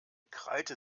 krallte